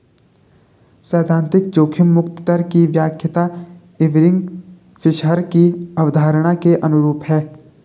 सैद्धांतिक जोखिम मुक्त दर की व्याख्या इरविंग फिशर की अवधारणा के अनुरूप है